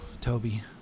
Toby